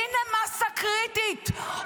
הינה מסה קריטית,